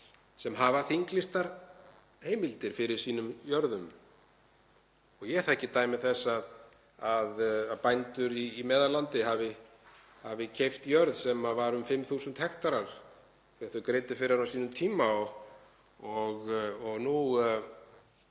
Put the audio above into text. sem hafa þinglýstar heimildir fyrir sínum jörðum. Ég þekki dæmi þess að bændur í Meðallandi hafi keypt jörð sem var um 5.000 hektarar þegar þeir greiddu fyrir hana á sínum tíma og nú